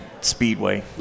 Speedway